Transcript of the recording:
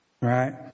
right